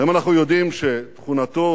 היום אנחנו יודעים שתכונתו